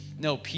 No